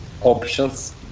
Options